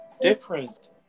different